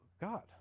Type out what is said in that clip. God